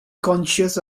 conscious